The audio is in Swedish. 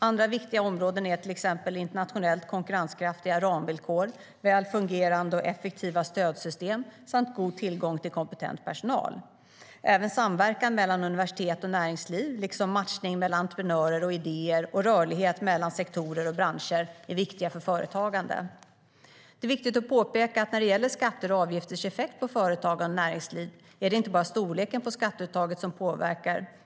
Andra viktiga områden är till exempel internationellt konkurrenskraftiga ramvillkor, väl fungerande och effektiva stödsystem samt god tillgång till kompentent personal. Även samverkan mellan universitet och näringsliv, liksom matchning mellan entreprenörer och idéer samt rörlighet mellan sektorer och branscher, är viktigt för företagande. Det är viktigt att påpeka att det när det gäller skatters och avgifters effekt på företagande och näringsliv inte bara är storleken på skatteuttaget som påverkar.